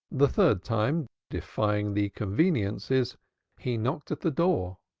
the third time, defying the convenances, he knocked at the door,